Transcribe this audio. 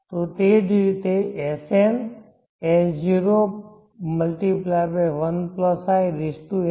તો તે જ રીતે Sn S0×1i n